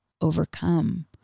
overcome